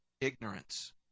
ignorance